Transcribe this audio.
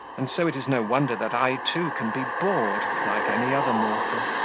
and so it is no wonder that i too can be bored like any other mortal.